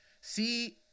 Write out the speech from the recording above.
See